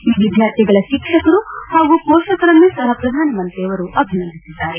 ಈ ವಿದ್ಯಾರ್ಥಿಗಳ ಶಿಕ್ಷಕರು ಹಾಗೂ ಪೋಷಕರನ್ನು ಸಹ ಪ್ರಧಾನಮಂತ್ರಿ ಅಭಿನಂದಿಸಿದ್ದಾರೆ